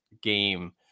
game